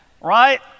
right